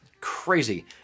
crazy